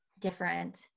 different